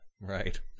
Right